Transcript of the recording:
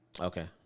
Okay